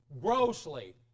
Grossly